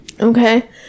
okay